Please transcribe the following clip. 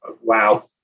wow